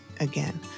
again